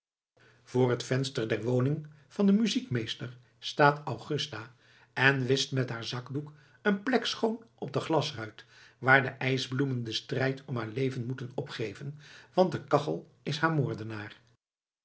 voor t venster der woning van den muziekmeester staat augusta en wischt met haar zakdoek een plek schoon op een glasruit waar de ijsbloemen den strijd om haar leven moeten opgeven want de kachel is haar moordenaar